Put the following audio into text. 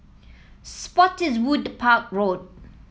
Spottiswoode Park Road